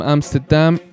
Amsterdam